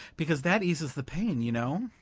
because that eases the pain, you know.